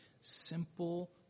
simple